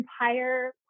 entire